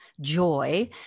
joy